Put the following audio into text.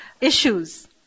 issues